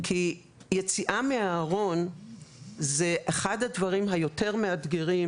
כי יציאה מהארון זה אחד הדברים היותר מאתגרים